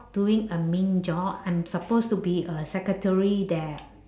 doing admin job I'm supposed to be a secretary that